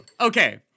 Okay